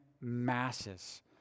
masses